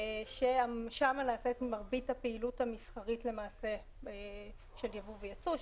שמשם נעשית מרבית הפעילות המסחרית של יבוא ויצוא,